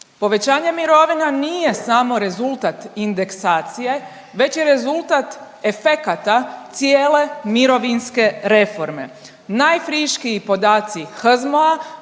Povećanje mirovina nije samo rezultat indeksacije već je rezultat efekata cijele mirovinske reforme. Najfriškiji podaci HZMO-a